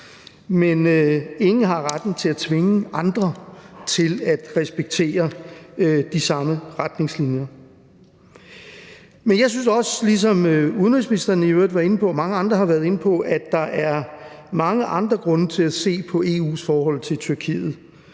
men ingen har retten til at tvinge andre til at respektere de samme retningslinjer. Men jeg synes også, ligesom udenrigsministeren og mange andre i øvrigt har været inde på, at der er mange andre grunde til at se på EU's forhold til regimet